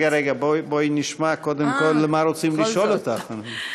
רגע, בואי נשמע קודם כול מה רוצים לשאול אותך.